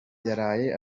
yaraye